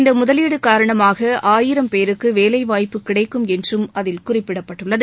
இந்த முதலீடு காரணமாக ஆயிரம் பேருக்கு வேலைவாய்ப்பு கிடைக்கும் என்றும் அதில் குறிப்பிடப்பட்டுள்ளது